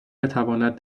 بتواند